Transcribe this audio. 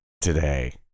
today